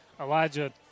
Elijah